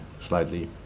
slightly